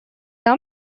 нам